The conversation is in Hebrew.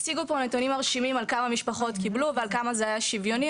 הציגו פה נתונים מרשימים על כמה משפחות קיבלו ועל כמה זה היה שוויוני.